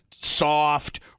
soft